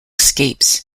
escapes